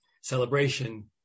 Celebration